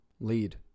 lead